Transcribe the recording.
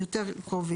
מהמצבת שאתם תקצו?